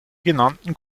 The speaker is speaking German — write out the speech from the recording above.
genannten